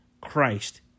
Christ